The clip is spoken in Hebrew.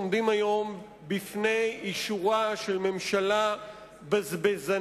עומדים היום בפני אישורה של ממשלה בזבזנית,